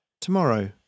Tomorrow